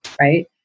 right